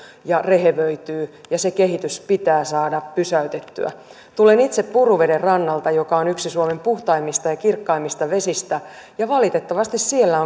ja rehevöityy ja se kehitys pitää saada pysäytettyä tulen itse puruveden rannalta joka on yksi suomen puhtaimmista ja kirkkaimmista vesistä ja valitettavasti siellä